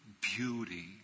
beauty